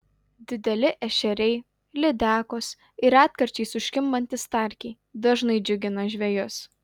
dideli ešeriai lydekos ir retkarčiais užkimbantys starkiai dažnai džiugina žvejus